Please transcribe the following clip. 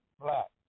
black